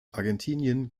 argentinien